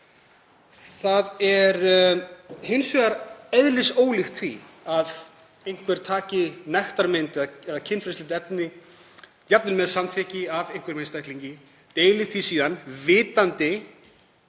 Það er hins vegar eðlisólíkt því að einhver taki nektarmynd eða kynferðislegt efni, jafnvel með samþykki, af einhverjum einstaklingi, deili því síðan vitandi